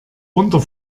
runter